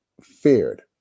feared